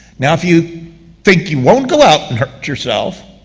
now, if you think you won't go out and hurt yourself,